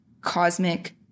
cosmic